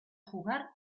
jugar